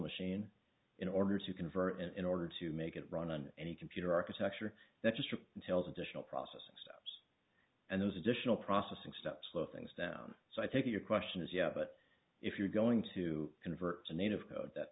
machine in order to convert in order to make it run on any computer architecture that just tells additional processes and those additional processing steps slow things down so i think your question is yes but if you're going to convert to native